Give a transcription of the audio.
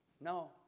No